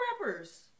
rappers